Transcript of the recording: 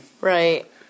Right